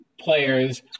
players